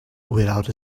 without